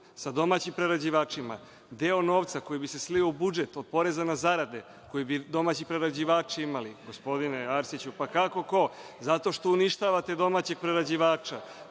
sa domaćim prerađivačima, deo novca koji bi se slio u budžet od poreza na zarade koje bi domaći prerađivači imali…(Veroljub Arsić, s mesta: Ko?)Gospodine Arsiću, pa kako ko? Zato što uništavate domaćeg prerađivača.